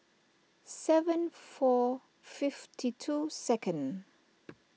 seven four fifty two second